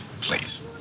Please